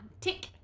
tick